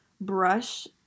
brush